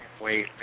wait